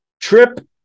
trip